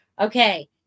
Okay